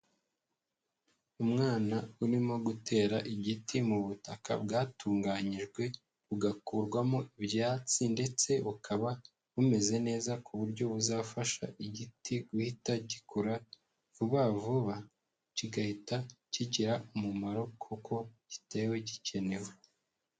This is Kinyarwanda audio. Umwana urimo gutera igiti mu butaka bwatunganyijwe bugakurwamo ibyatsi ndetse bukaba bumeze neza ku buryo buzafasha igiti guhita gikura vuba vuba kigahita kigira umumaro kuko gitewe gikenewe.